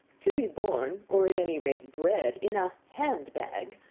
to be born, or at any rate bred, in a hand-bag,